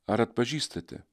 ar atpažįstate